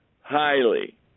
highly